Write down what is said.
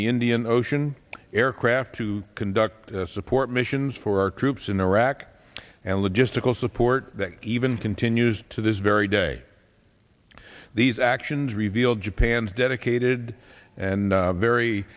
the indian ocean aircraft to conduct support missions for our troops in iraq and logistical support that even continues to this very day these actions reveal japan's dedicated and very